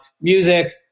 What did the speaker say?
music